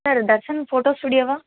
sir Darshan photo ஸ்டூடியோவா